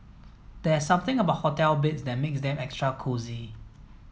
there's something about hotel beds that makes them extra cosy